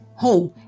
Hey